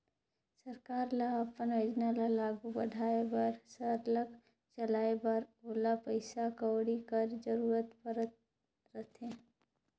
सरकार ल अपन योजना ल आघु बढ़ाए बर सरलग चलाए बर ओला पइसा कउड़ी कर जरूरत परत रहथे